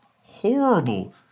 horrible